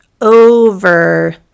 over